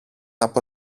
από